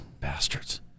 Bastards